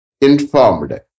Informed